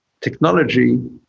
technology